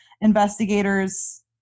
investigators